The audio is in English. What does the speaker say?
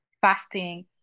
fasting